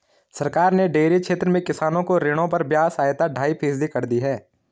सरकार ने डेयरी क्षेत्र में किसानों को ऋणों पर ब्याज सहायता ढाई फीसदी कर दी है